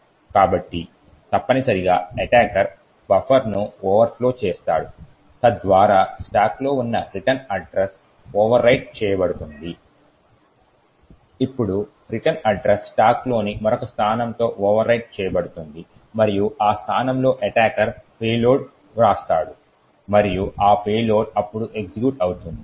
కాబట్టి తప్పనిసరిగా ఎటాకర్ బఫర్ను ఓవర్ఫ్లో చేస్తాడు తద్వారా స్టాక్లో ఉన్న రిటర్న్ అడ్రస్ ఓవర్రైట్ చేయబడుతుంది ఇప్పుడు రిటర్న్ అడ్రస్ స్టాక్లోని మరొక స్థానంతో ఓవర్రైట్ చేయబడుతుంది మరియు ఆ స్థానంలో ఎటాకర్ పేలోడ్ వ్రాసాడు మరియు ఈ పేలోడ్ అప్పుడు ఎగ్జిక్యూట్ అవుతుంది